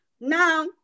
now